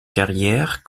carrière